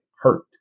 hurt